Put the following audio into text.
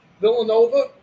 Villanova